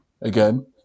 again